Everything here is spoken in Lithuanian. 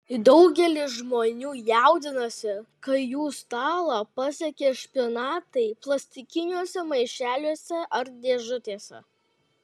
daugelis žmonių jaudinasi kai jų stalą pasiekia špinatai plastikiniuose maišeliuose ar dėžutėse